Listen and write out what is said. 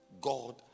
God